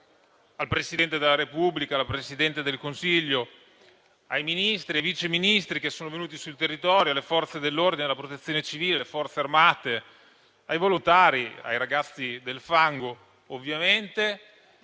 al Presidente della Repubblica, alla Presidente del Consiglio, ai Ministri e ai Vice Ministri che sono venuti sul territorio, alle Forze dell'ordine, alla Protezione civile, alle Forze armate, ai volontari, ai ragazzi del fango e a tutti